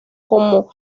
como